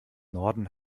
norden